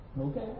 Okay